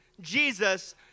Jesus